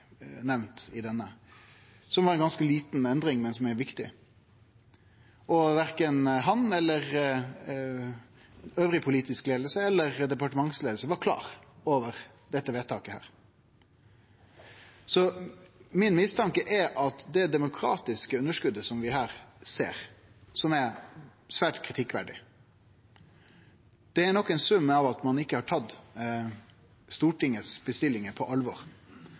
ganske lita endring, men ho var viktig. Verken han, nokon andre i den politiske leiinga eller nokon i leiinga i departementet var klar over dette vedtaket. Min mistanke er at det demokratiske underskotet som vi her ser, og som er svært kritikkverdig, er eit resultat av at ein ikkje har tatt bestillingane frå Stortinget på alvor.